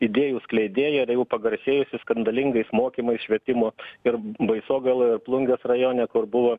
idėjų skleidėja ir jau pagarsėjusi skandalingais mokymais švietimo ir baisogaloje ir plungės rajone kur buvo